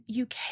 UK